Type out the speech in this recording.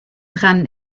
dran